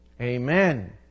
Amen